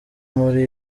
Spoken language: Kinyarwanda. muri